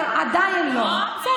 עדיין אין כתב אישום.